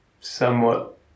somewhat